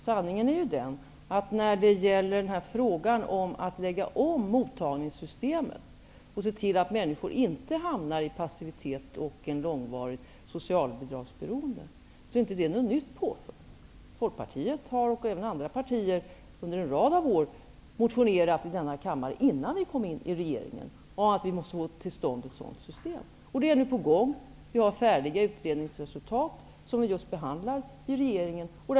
Sanningen är ju den att frågan om en omläggning av mottagningssystemet för att se till att människor inte hamnar i passivitet och i ett långvarigt socialbidragsberoende inte är något nytt påfund. Vi i Folkpartiet -- och även andra partier -- har under en rad av år i denna kammare, innan vi kom in i regeringen, motionerat om att ett sådant system måste komma till stånd. Det är nu på gång. Vi har färdiga utredningsresultat, som vi just nu behandlar i regeringen.